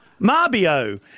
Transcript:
Marbio